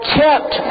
kept